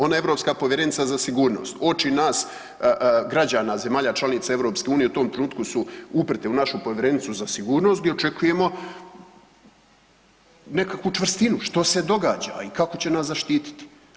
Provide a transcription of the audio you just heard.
Ona je europska Povjerenica za sigurnost, oči nas, građana zemalja članica Europske unije u tom trenutku su uprte u našu Povjerenicu za sigurnost, gdje očekujemo nekakvu čvrstinu, što se događa i kako će nas zaštititi.